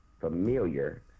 familiar